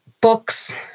books